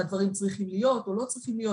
הדברים צריכים להיות או לא צריכים להיות,